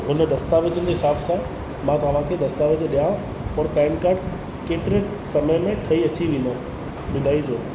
हुन दस्तावेज़नि जे हिसाब सां मां तव्हां खे दस्तावेज़ ॾियां पोइ पैन कार्ड केतिरे समय में ठही अची वेंदो ॿुधाइजो